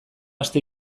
aste